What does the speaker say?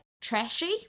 trashy